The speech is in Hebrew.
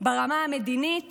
ברמה המדינית